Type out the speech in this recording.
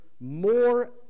more